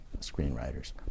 screenwriters